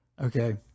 okay